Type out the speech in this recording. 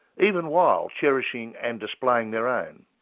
even while cherishing and displaying their own.